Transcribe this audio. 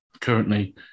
currently